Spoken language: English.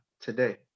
today